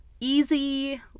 easy